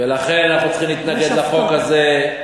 ולכן אנחנו צריכים להתנגד לחוק הזה,